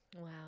Wow